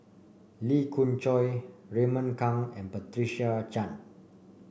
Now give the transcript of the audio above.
Lee Khoon Choy Raymond Kang and Patricia Chan